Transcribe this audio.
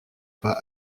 pas